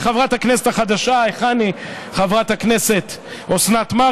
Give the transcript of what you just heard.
לחברת הכנסת החדשה אוסנת מארק,